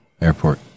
airport